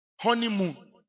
Honeymoon